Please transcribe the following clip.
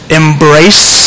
embrace